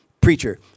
preacher